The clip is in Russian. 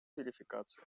верификации